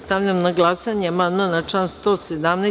Stavljam na glasanje amandman na član 117.